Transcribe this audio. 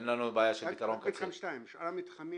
במתחם 2. שאר המתחמים,